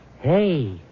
Hey